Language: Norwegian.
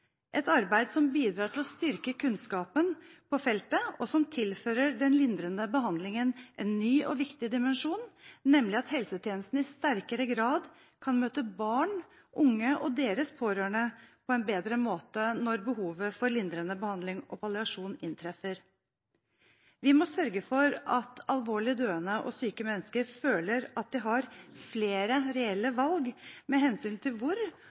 et arbeid som bidrar til å styrke kunnskapen på feltet, og som tilfører den lindrende behandlingen en ny og viktig dimensjon, nemlig at helsetjenesten i sterkere grad kan møte barn, unge og deres pårørende på en bedre måte når behovet for lindrende behandling og palliasjon inntreffer. Vi må sørge for at døende og alvorlig syke mennesker føler at de har flere reelle valg med hensyn til hvor